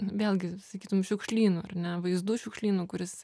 vėlgi sakytum šiukšlynu ar ne vaizdų šiukšlynu kuris